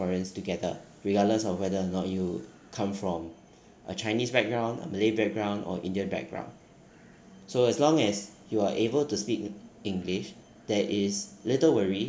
together regardless of whether or not you come from a chinese background a malay background or indian background so as long as you are able to speak english there is little worry